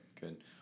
Good